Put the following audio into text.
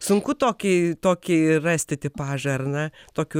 sunku tokį tokį rasti tipažą ar na tokių